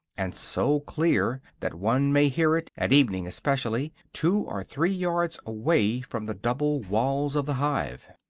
and so clear that one may hear it, at evening especially, two or three yards away from the double walls of the hive.